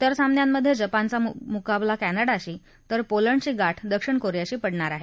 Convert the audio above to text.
विर सामन्यांमधे जपानचा मुकाबला क्लिडाशी तर पोलंडची गाठ दक्षिण कोरियाशी पडणार आहे